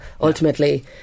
ultimately